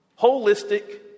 holistic